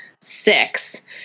six